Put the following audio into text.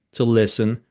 to listen,